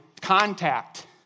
contact